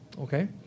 okay